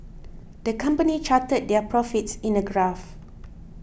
the company charted their profits in a graph